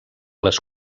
les